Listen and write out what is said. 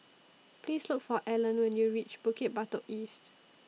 Please Look For Allan when YOU REACH Bukit Batok East